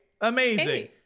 amazing